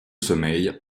sommeil